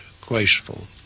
graceful